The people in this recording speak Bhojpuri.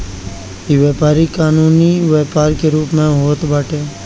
इ व्यापारी कानूनी व्यापार के रूप में होत बाटे